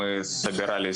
הממונה על השכר,